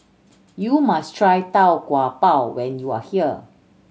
you must try Tau Kwa Pau when you are here